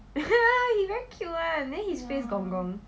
he very cute [what] then his face gong gong